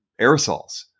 aerosols